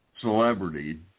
celebrity